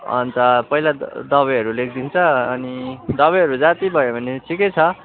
पहिला दबाईहरू लेखिदिन्छ अनि दबाईहरू जाती भयो भने ठिकै छ